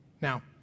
now